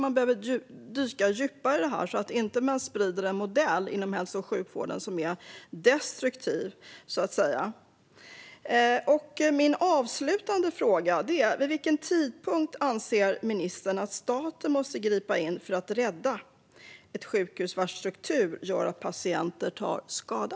Man behöver dyka djupare i detta, så att man inte sprider en modell inom hälso och sjukvården som är destruktiv. Min avslutande fråga är denna: Vid vilken tidpunkt anser ministern att staten måste gripa in för att rädda ett sjukhus vars struktur gör att patienter tar skada?